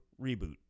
reboot